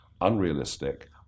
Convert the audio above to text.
unrealistic